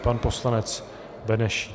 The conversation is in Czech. Pan poslanec Benešík.